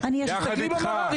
יחד איתך.